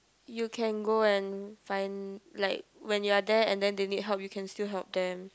you can go and find like when you're there and then they need help you can still help them